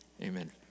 Amen